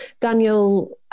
Daniel